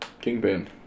Kingpin